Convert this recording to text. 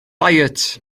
ddiet